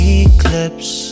eclipse